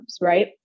right